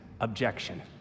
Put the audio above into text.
objection